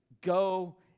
Go